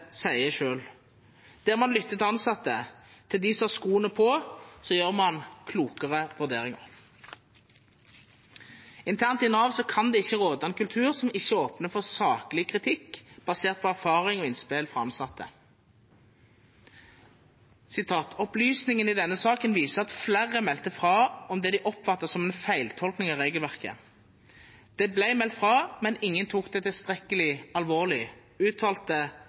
til dem som har skoen på, gjør man klokere vurderinger. Internt i Nav kan det ikke råde en kultur som ikke åpner for saklig kritikk basert på erfaring og innspill fra ansatte. «Opplysningene i denne saken viser at flere meldte fra om det de oppfattet som en feiltolkning av regelverket. Det ble meldt fra, men ingen tok det tilstrekkelig på alvor», uttalte